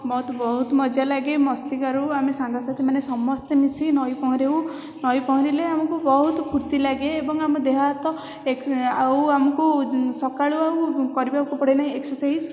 ମୋତେ ବହୁତ ମଜା ଲାଗେ ମସ୍ତି କରୁ ଆମେ ସାଙ୍ଗସାଥି ମାନେ ସମସ୍ତେ ମିଶିକି ନଈ ପହଁରୁ ନଈ ପହଁରିଲେ ଆମକୁ ବହୁତ ଫୁର୍ତ୍ତି ଲାଗେ ଏବଂ ଆମ ଦେହ ହାତ ଆଉ ଆମକୁ ସକାଳୁ ଆଉ କରିବାକୁ ପଡ଼େ ନାହିଁ ଏକ୍ସରସାଇଜ୍